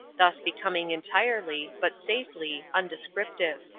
thus becoming entirely but safely undescriptive.